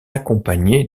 accompagné